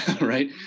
right